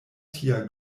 tia